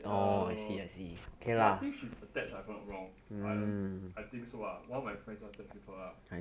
ya lor but I think she's attached if I'm not wrong I don't I think so ah one of my friend attached with her lah